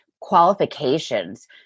qualifications